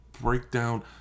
breakdown